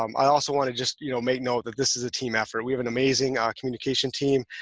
um i also want to just, you know make note that this is a team effort. we have an amazing ah communication team,